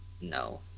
No